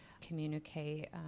communicate